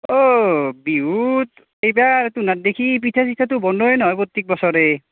অ' বিহুত এইবাৰ তুনহাৰ দিখি পিঠা চিঠাতো বনোৱাই নহয় প্ৰত্যেক বছৰে